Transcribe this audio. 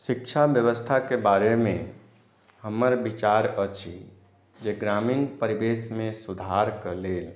शिक्षा व्यवस्थाके बारेमे हमर विचार अछि जे ग्रामीण परिवेशमे सुधारके लेल